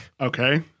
Okay